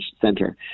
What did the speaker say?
center